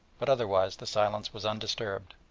but otherwise the silence was undisturbed.